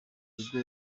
bigo